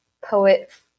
poet